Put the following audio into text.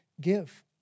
give